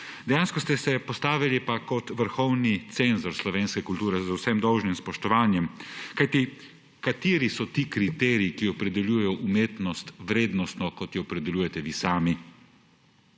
Dejansko ste se pa postavili kot vrhovni cenzor slovenske kulture, z vsem dolžnim spoštovanjem, kajti kateri so ti kriteriji, ki opredeljujejo umetnost vrednostno, kot jo opredeljujete vi sami?